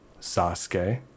Sasuke